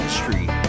street